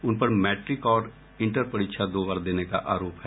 उन पर मैट्रिक और इंटर परीक्षा दो बार देने का आरोप है